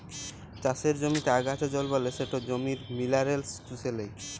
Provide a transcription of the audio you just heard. চাষের জমিতে আগাছা জল্মালে সেট জমির মিলারেলস চুষে লেই